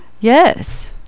yes